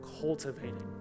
cultivating